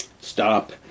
stop